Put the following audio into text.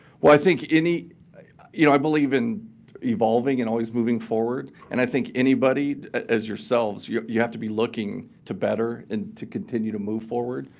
well, i think any you know i believe in evolving and always moving forward. and i think anybody, as yourselves you you have to be looking to better and to continue to move forward.